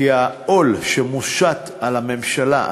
כי העול שמושת על הממשלה,